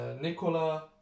Nicola